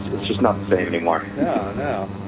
it's just not same any more no,